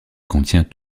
contient